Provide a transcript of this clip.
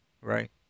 Right